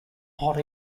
hot